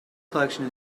collection